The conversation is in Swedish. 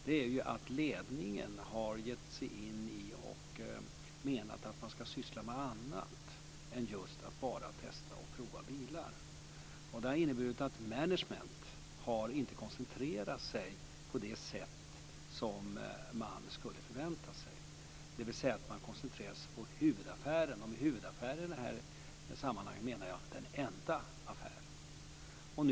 Problemet de senaste åren är ju att ledningen har menat att man ska syssla med annat än just bara testa och prova bilar. Det har inneburit att management inte har koncentrerat sig på det sätt som skulle ha förväntats, dvs. att koncentrera sig på huvudaffären. Med huvudaffären menar jag i det här sammanhanget den enda affären.